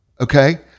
okay